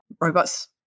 robots